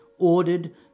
ordered